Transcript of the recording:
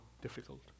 difficult